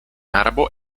arabo